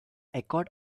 accord